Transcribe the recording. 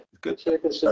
good